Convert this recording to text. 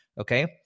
okay